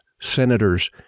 senators